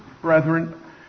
brethren